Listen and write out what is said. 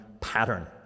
pattern